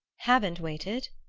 haven't waited?